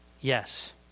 Yes